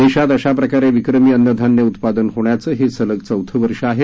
देशात अशा प्रकारे विक्रमी अन्नधान्य उत्पादन होण्याचं हे सलग चौथं वर्ष आहे